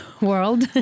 world